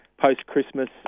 post-Christmas